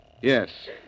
Yes